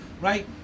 right